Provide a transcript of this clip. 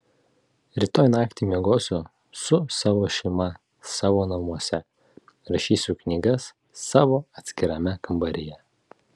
rytoj naktį miegosiu su savo šeima savo namuose rašysiu knygas savo atskirame kambaryje